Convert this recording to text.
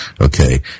okay